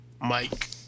Mike